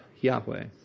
Yahweh